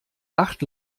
acht